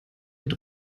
mit